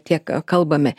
tiek kalbame